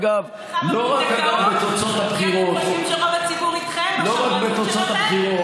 כל המבוטחים שלהן היו קהל שבוי שצריכים רק שם לרכוש את התרופות.